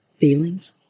feelings